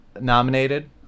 nominated